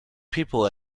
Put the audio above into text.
people